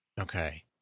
okay